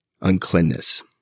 uncleanness